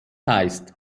heißt